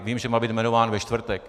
Vím, že má být jmenován ve čtvrtek.